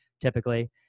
typically